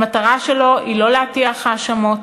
המטרה שלו היא לא להטיח האשמות,